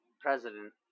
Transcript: president